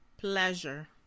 Pleasure